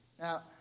Now